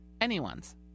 Anyone's